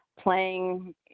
playing